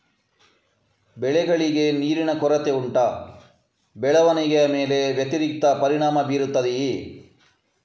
ಬೆಳೆಗಳಿಗೆ ನೀರಿನ ಕೊರತೆ ಉಂಟಾ ಬೆಳವಣಿಗೆಯ ಮೇಲೆ ವ್ಯತಿರಿಕ್ತ ಪರಿಣಾಮಬೀರುತ್ತದೆಯೇ?